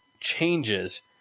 changes